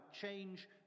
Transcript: change